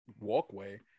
walkway